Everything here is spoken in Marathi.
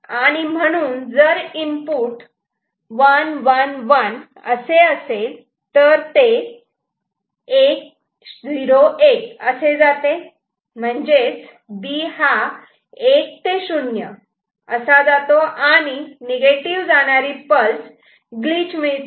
आणि म्हणून जर इनपुट 1 1 1 असे असेल तर ते 1 0 1 असे जाते म्हणजेच B हा 1 ते 0 असा जातो आणि निगेटिव जाणारी पल्स ग्लिच मिळते